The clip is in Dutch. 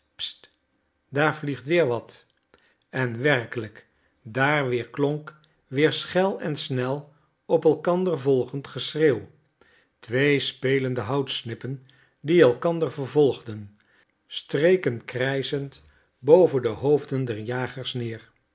daar vliegt weer wat en werkelijk daar weerklonk weer schel en snel op elkander volgend geschreeuw twee spelende houtsnippen die elkander vervolgden streken krijschend boven de hoofden der jagers heen